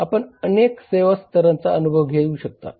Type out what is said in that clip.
आपण अनेक सेवा स्तरांचा अनुभव घेऊ शकतात